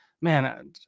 man